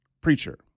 preacher